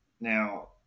Now